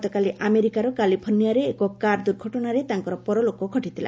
ଗତକାଲି ଆମେରିକାର କାଲିଫର୍ଷ୍ଣିଆରେ ଏକ କାର୍ ଦୁର୍ଘଟଣାରେ ତାଙ୍କର ପରଲୋକ ଘଟିଥିଲା